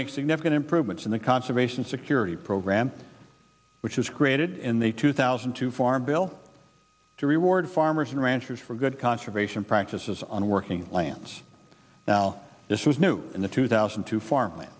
make significant improvements in the conservation security program which was created in the two thousand to farm bill to reward farmers and ranchers for good conservation practices on working land now this was new in the two thousand and two farm and